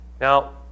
Now